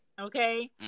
Okay